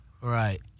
right